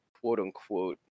quote-unquote